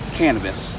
cannabis